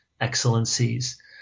excellencies